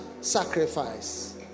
sacrifice